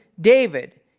David